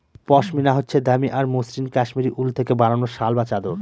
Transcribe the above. পশমিনা হচ্ছে দামি আর মসৃণ কাশ্মীরি উল থেকে বানানো শাল বা চাদর